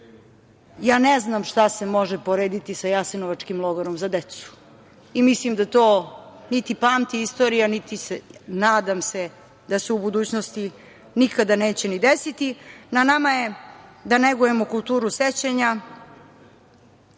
Ja ne znam šta se može porediti sa Jasenovačkim logorom za decu. Mislim, da to niti pamti istorija, a nadam se da se u budućnosti nikada neće ni desiti. Na nama je da negujemo „kulturu sećanja“,